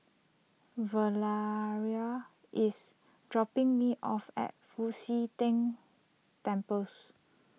Valeria is dropping me off at Fu Xi Tang Temples